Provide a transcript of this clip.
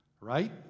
right